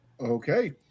Okay